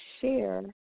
share